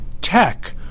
tech